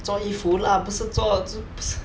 做衣服啦不是做